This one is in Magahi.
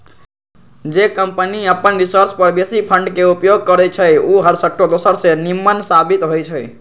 जे कंपनी अप्पन रिसर्च पर बेशी फंड के उपयोग करइ छइ उ हरसठ्ठो दोसर से निम्मन साबित होइ छइ